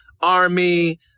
Army